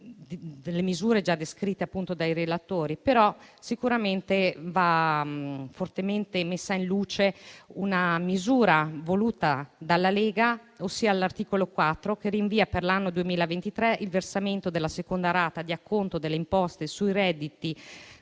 sono state già descritte dai relatori. Sicuramente va messa in luce una misura voluta dalla Lega all'articolo 4, che rinvia per l'anno 2023 il versamento della seconda rata di acconto delle imposte sui redditi